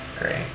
Great